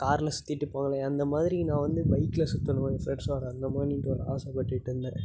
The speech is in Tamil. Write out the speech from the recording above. காரில் சுற்றிட்டு போவாங்களே அந்த மாதிரி நான் வந்து பைக்கில் சுற்றணும் என் ஃப்ரெண்ட்ஸோடு அந்த மாரின்ட்டு ஒரு ஆசை பட்டுட்டுருந்தேன்